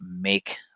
make